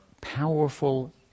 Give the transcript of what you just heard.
powerful